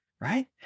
right